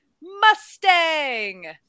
Mustang